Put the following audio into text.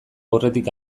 aurretik